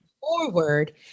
forward